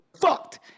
Fucked